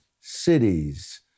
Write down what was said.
Cities